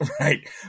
right